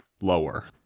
lower